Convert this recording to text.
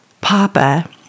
Papa